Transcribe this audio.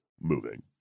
moving